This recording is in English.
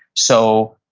so,